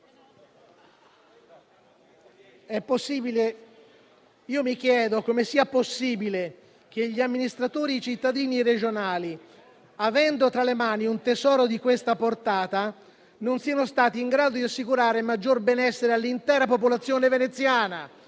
Mi chiedo come sia possibile che gli amministratori cittadini e regionali, avendo tra le mani un tesoro di questa portata, non siano stati in grado di assicurare maggior benessere all'intera popolazione veneziana.